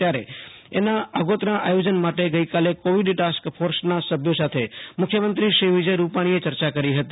ત્યારે એનાં આગોતરા આયોજન માટે ગઈકાલે કોવિડ ટાસ્ક ફોસના સભ્યો સાથે મુખ્યમંત્રી શ્રી રૂપાણીએ ચર્ચા કરી હતી